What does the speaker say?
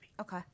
Okay